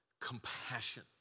compassion